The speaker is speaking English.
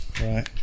right